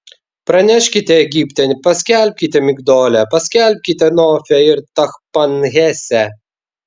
praneškite egipte paskelbkite migdole paskelbkite nofe ir tachpanhese